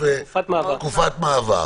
תקופת מעבר.